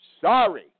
Sorry